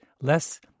less